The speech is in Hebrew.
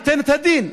ייתן את הדין.